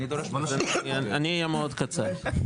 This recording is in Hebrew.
אני אהיה מאוד קצר.